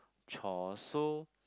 chore so